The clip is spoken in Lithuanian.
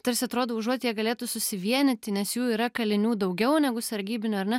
tarsi atrodo užuot jie galėtų susivienyti nes jų yra kalinių daugiau negu sargybinių ar ne